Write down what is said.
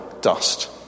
dust